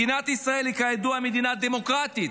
מדינת ישראל היא מדינה דמוקרטית,